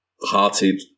hearted